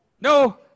No